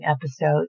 episode